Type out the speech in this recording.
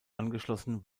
angeschlossen